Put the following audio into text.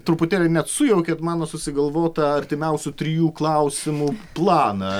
truputėlį net sujaukėt mano susigalvotą artimiausių trijų klausimų planą